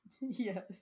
Yes